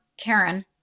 Karen